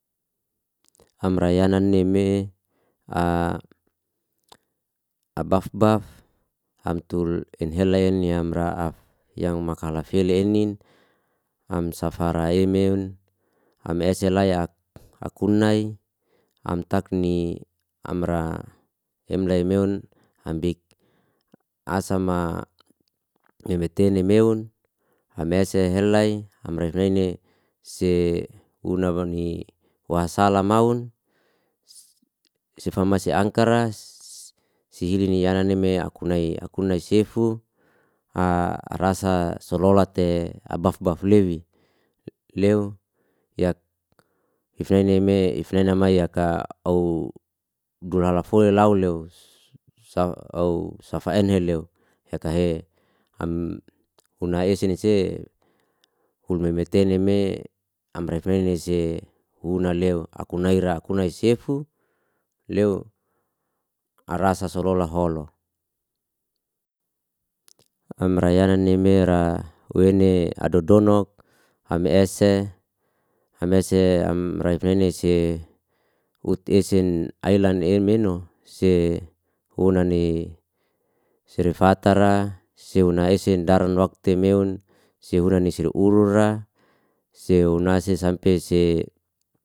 Amra yanan ni mea abaf baf am tul inhelen yam ra'af yang makala feli enin am safarai meun, am ese lai akunnai am takni amra emlei meun ambik asama memeteni meun am ese helai amra refreini se una bani wasala maun, si famasi ankara si hilini yananni me akunnai akunnai sifu a- arasa sololate abaf baf lewi lew ya ifnaini ifnainama yaka ou dulalafole lau lew sa au safaenhe lew yakahe am unaa ese nese hulme metene me amra ifnaini se una lew akunnai ra kunai sefu lew arasa salolaholo. Amra yanani me ra weni adodonok am ese am ese amra ifnaini se ut esen aylan emeno se una ni serifatara seu nai esen daran wakte meun, se hurani se huru ra seu nasi sampe se.